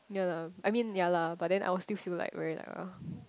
yea lah I mean yea lah but then I will still feel like very like ugh